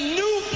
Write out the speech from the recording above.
new